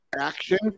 Action